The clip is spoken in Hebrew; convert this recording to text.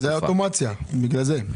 למה זה לא יכול להיות אוטומטית אצלם?